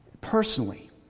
personally